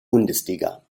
bundesliga